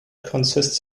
consists